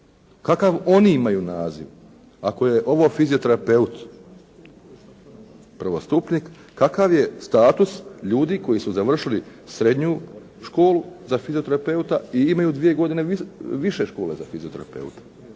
Kakav oni imaju naziv? Ako je ovo fizioterapeut prvostupnik, kakav je status ljudi koji su završili srednju školu za fizioterapeuta i imaju dvije godine više škole za fizioterapeuta?